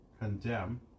Condemn